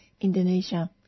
Indonesia